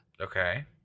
Okay